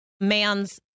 man's